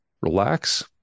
relax